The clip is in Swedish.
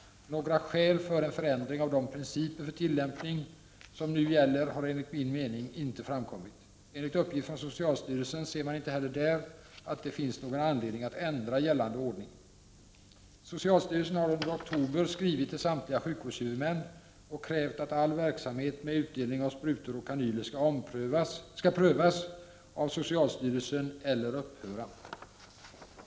Några skäl för en förändring av de principer för tillämpning som nu gäller har enligt min mening inte framkommit. Enligt uppgift från socialstyrelsen ser man inte heller där att det finns någon anledning att ändra gällande ordning. Socialstyrelsen har under oktober skrivit till samtliga sjukvårdshuvudmän och krävt att all verksamhet med utdelning av sprutor och kanyler skall prövas av socialstyrelsen eller upphöra.